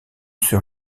sœur